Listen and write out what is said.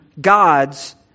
God's